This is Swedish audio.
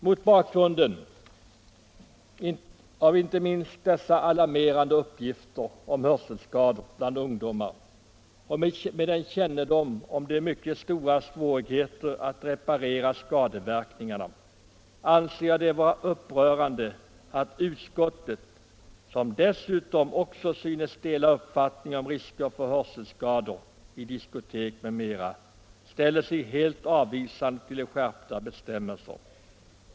Mot bakgrund av inte minst dessa alarmerande uppgifter om hörselskador bland ungdomar och med kännedom om de mycket stora svårigheterna att reparera skadeverkningarna anser jag det vara upprörande att utskottet — som dessutom också synes dela uppfattningen om risken för hörselskador i diskotek m.m. — ställer sig helt avvisande till skärpta bestämmelser.